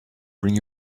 bring